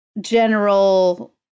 general